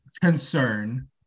concern